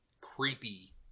creepy